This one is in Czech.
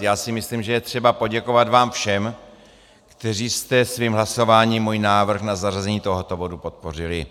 Myslím si, že je třeba poděkovat vám všem, kteří jste svým hlasováním můj návrh na zařazení tohoto bodu podpořili.